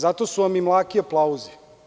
Zato su vam i mlaki aplauzi.